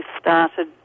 started